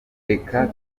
reka